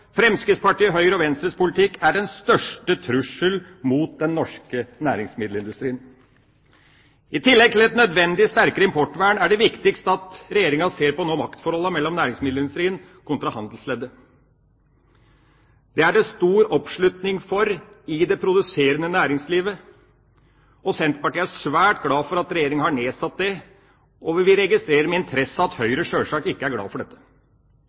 og Venstres politikk den største trussel mot den norske næringsmiddelindustrien. I tillegg til et nødvendig sterkere importvern er det viktigst at Regjeringa nå ser på maktforholdene mellom næringsmiddelindustrien kontra handelsleddet. Det er det stor oppslutning om i det produserende næringslivet, og Senterpartiet er svært glad for at Regjeringa har nedsatt det. Og vi registrerer med interesse at Høyre sjølsagt ikke er glad for dette.